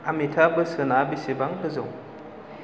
आमिताब बच्चना बेसेबां गोजौ